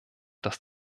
dass